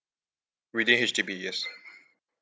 ready H_D_B yes